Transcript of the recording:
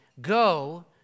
Go